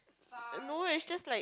no it's just like